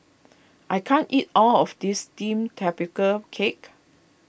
I can't eat all of this Steamed Tapioca Cake